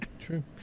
true